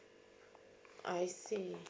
I see